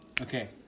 Okay